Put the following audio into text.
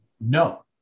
No